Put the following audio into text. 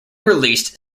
released